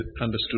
understood